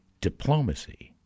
diplomacy